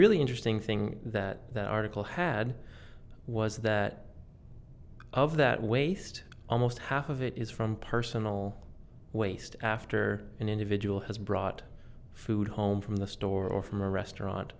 really interesting thing that that article had was that of that waste almost half of it is from personal waste after an individual has brought food home from the store or from a restaurant